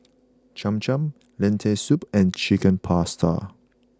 Cham Cham Lentil Soup and Chicken Pasta